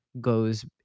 goes